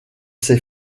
ses